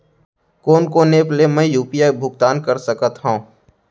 कोन कोन एप ले मैं यू.पी.आई भुगतान कर सकत हओं?